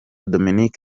dominic